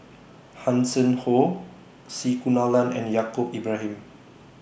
Hanson Ho C Kunalan and Yaacob Ibrahim